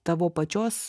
tavo pačios